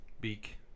beak